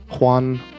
Juan